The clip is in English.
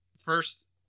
first